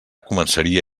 començaria